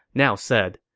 now said,